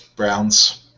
Browns